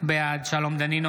בעד שלום דנינו,